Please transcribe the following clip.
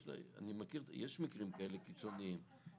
יש מקרים קיצוניים כאלה,